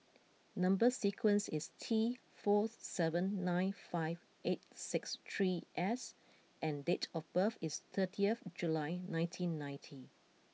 number sequence is T four seven nine five eight six three S and date of birth is thirty of July nineteen ninety